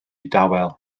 dawel